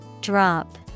Drop